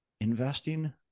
investing